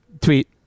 Tweet